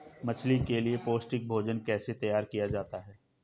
मछली के लिए पौष्टिक भोजन कैसे तैयार किया जाता है?